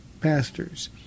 pastors